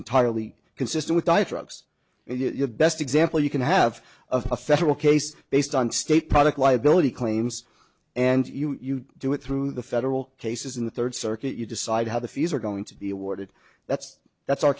entirely consistent with our trucks and your best example you can have a federal case based on state product liability claims and you do it through the federal cases in the third circuit you decide how the fees are going to be awarded that's that's our